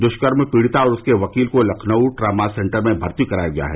दुष्कर्म पीड़िता और उसके वकील को लखनऊ ट्रामा सेन्टर में भर्ती कराया गया है